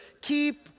keep